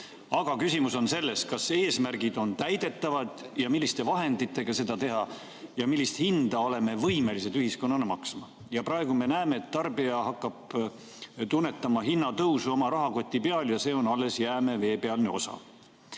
Aga küsimus on selles, kas eesmärgid on täidetavad, milliste vahenditega seda teha ja millist hinda me oleme võimelised ühiskonnana maksma. Praegu me näeme, et tarbija hakkab tunnetama hinnatõusu oma rahakoti peal ja see on alles jäämäe veepealne osa. Kogu